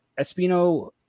Espino